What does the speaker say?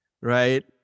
Right